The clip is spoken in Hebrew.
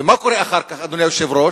ומה קורה אחר כך, אדוני היושב-ראש?